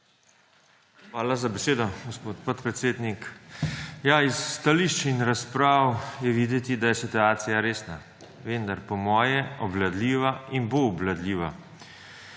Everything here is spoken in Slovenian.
Hvala za besedo, gospod podpredsednik. Iz stališč in razprav je videti, da je situacija resna, vendar po moje obvladljiva in bo obvladljiva.